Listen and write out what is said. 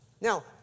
Now